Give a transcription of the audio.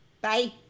Bye